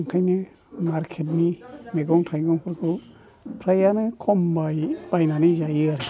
ओंखायनो मारकेटनि मैगं थाइगंफोरखौ फ्रायानो खमै बायनानै जायो आरो